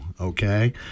okay